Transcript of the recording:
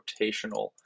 rotational